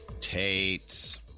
Tate's